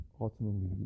ultimately